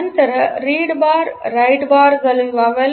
ನಂತರ read bar write bar ಗಳಿವೆ